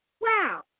wow